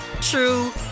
true